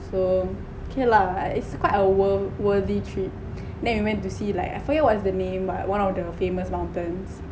so okay lah it's quite a worth worthy trip then we went to see like I forgot what's the name but one of the famous mountains